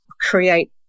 create